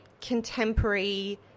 contemporary